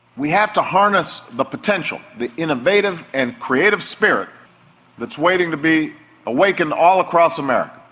we have to harness the potential, the innovative and creative spirit that's waiting to be awakened all across america.